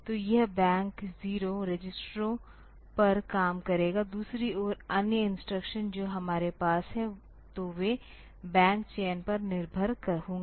तो यह बैंक 0 रजिस्टरों पर काम करेगा दूसरी ओर अन्य इंस्ट्रक्शन जो हमारे पास हैं तो वे बैंक चयन पर निर्भर होंगे